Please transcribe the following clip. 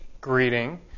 greeting